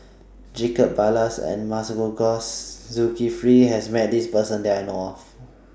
Jacob Ballas and Masagos Zulkifli has Met This Person that I know of